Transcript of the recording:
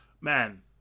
Man